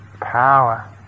power